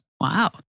Wow